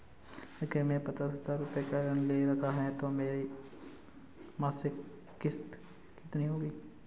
अगर मैंने पचास हज़ार रूपये का ऋण ले रखा है तो मेरी मासिक किश्त कितनी होगी?